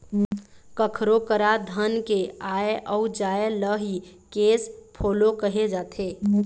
कखरो करा धन के आय अउ जाय ल ही केस फोलो कहे जाथे